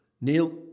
Neil